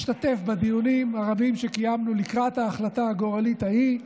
השתתף בדיונים הרבים שקיימנו לקראת ההחלטה הגורלית ההיא.